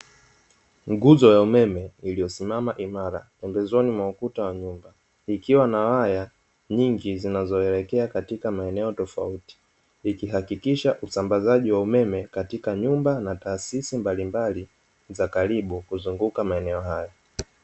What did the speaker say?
Nguzo ya umeme iliyosimama imara pembezoni mwa ukuta wa nyumba, ikiwa na waya nyingi zinazielekea katika maeneo tofauti ikihakikisha usambazaji wa umeme katika nyumba na taasisi mbalimbali za karibu kazunguka maeneo hayo .